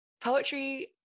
poetry